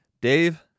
Dave